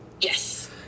Yes